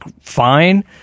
fine